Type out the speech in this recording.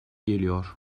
geliyor